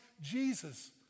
Jesus